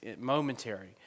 momentary